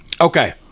okay